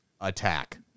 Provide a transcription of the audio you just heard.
attack